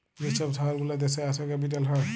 যে ছব শহর গুলা আসে দ্যাশের ক্যাপিটাল হ্যয়